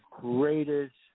greatest